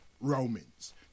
Romans